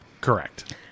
Correct